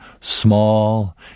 small